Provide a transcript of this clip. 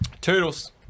toodles